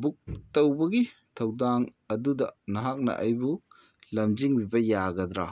book ꯇꯧꯕꯒꯤ ꯊꯧꯗꯥꯡ ꯑꯗꯨꯗ ꯅꯍꯥꯛꯅ ꯑꯩꯕꯨ ꯂꯝꯖꯤꯡꯕꯤꯕ ꯌꯥꯒꯗ꯭ꯔꯥ